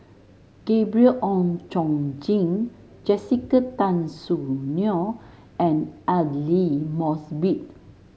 Gabriel Oon Chong Jin Jessica Tan Soon Neo and Aidli Mosbit